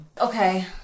Okay